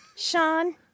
Sean